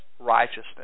righteousness